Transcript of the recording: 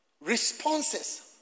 responses